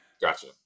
gotcha